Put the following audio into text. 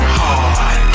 hard